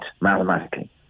mathematically